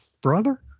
brother